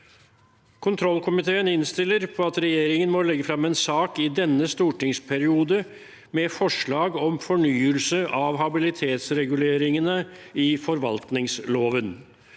Kontrollkomiteen innstiller på at regjeringen må legge frem en sak i denne stortingsperioden med forslag om fornyelse av habilitetsreguleringene i forvaltningsloven.